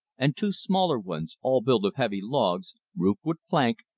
and two smaller ones, all built of heavy logs, roofed with plank,